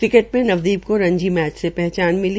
cricket में नवदीप को Ranji match से पहचान मिली